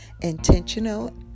intentional